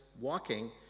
walking